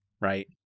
right